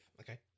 Okay